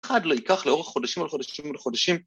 ‫אף אחד לא ייקח לאורך חודשים ‫על חודשים על חודשים.